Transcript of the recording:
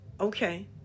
Okay